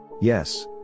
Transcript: Yes